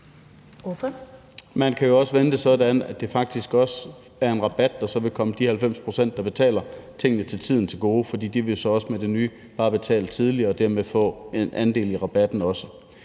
Man kan jo også vende det sådan, at det faktisk også er en rabat, der vil komme de 90 pct., der betaler tingene til tiden, til gode, for de vil også med det nye bare betale tidligere og dermed også få en andel i rabatten.